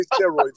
steroids